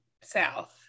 South